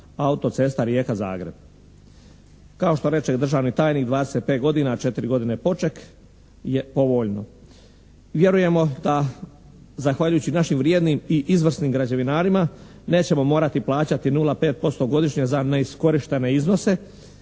autocesta Rijeka-Zagreb. Kao što reče državni tajnik 25 godina, 4 godine je poček je povoljno. Vjerujemo da zahvaljujući našim vrijednim i izvrsnim građevinarima nećemo morati plaćati 0,5% godišnje za neiskorištene iznose